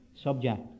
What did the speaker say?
subject